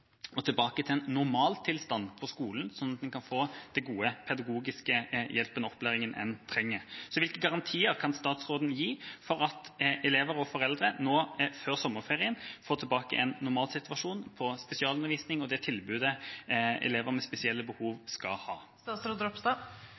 og tilbake til en normaltilstand på skolen, slik at en kan få den gode pedagogiske hjelpen og opplæringen en trenger. Hvilke garantier kan statsråden gi for at elever og foreldre nå før sommerferien får tilbake en normalsituasjon når det gjelder spesialundervisning og det tilbudet elever med spesielle behov